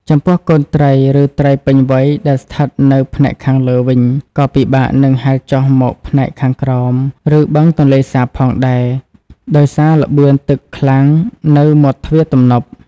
ចំពោះកូនត្រី ឬត្រីពេញវ័យដែលស្ថិតនៅផ្នែកខាងលើវិញ ក៏ពិបាកនឹងហែលចុះមកផ្នែកខាងក្រោម ឬបឹងទន្លេសាបផងដែរ ដោយសារល្បឿនទឹកខ្លាំងនៅមាត់ទ្វារទំនប់។